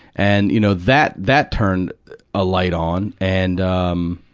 and you know, that, that turned a light on. and, um